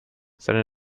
seine